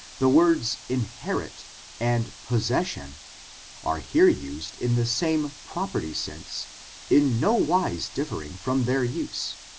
the words inherit and possession are here used in the same property-sense in no wise differing from their use,